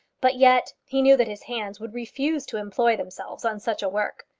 but yet he knew that his hands would refuse to employ themselves on such a work.